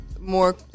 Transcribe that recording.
more